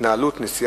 התש"ע (3 במרס 2010): ב"דה-מרקר"